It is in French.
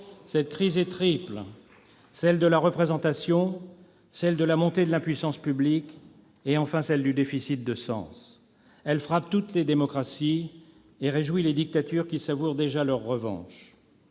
Cette crise est triple : crise de la représentation, crise de la montée de l'impuissance publique et crise du déficit de sens. Elle frappe toutes les démocraties et réjouit les dictatures, qui savourent déjà leur revanche.